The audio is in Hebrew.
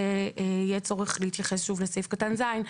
יהיה צורך להתייחס שוב לסעיף קטן (ז).